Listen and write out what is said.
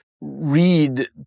read